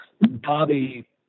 Bobby